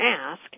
ask